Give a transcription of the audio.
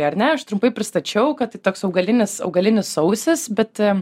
ar ne aš trumpai pristačiau kad tai toks augalinis augalinis sausis bet